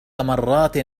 مرات